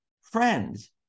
friends